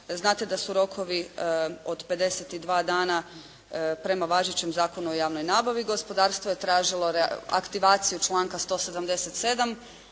Znate da su rokovi od 52 dana prema važećem Zakonu o javnoj nabavi, gospodarstvo je tražilo aktivaciju članka 177.